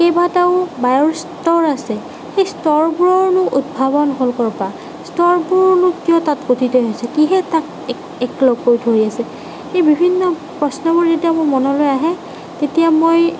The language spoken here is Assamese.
কেইবাটাও বায়ুৰ স্তৰ আছে সেই স্তৰবোৰৰনো উদ্ভাৱন হ'ল ক'ৰ পৰা স্তৰবোৰনো কিয় তাত গঠিত হৈছে কিহে তাক একলগ কৰি ধৰি আছে সেই বিভিন্ন প্ৰশ্নবোৰ যেতিয়া মোৰ মনলৈ আহে তেতিয়া মই